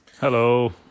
Hello